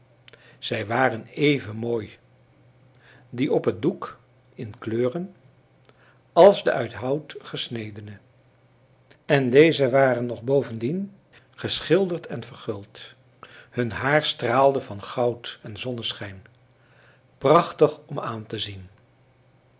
zij waren even mooi die op het doek in kleuren als de uit hout gesnedene en deze waren nog bovendien geschilderd en verguld hun haar straalde van goud en zonneschijn prachtig om aan te zien